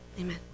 amen